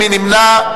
מי נמנע?